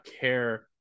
care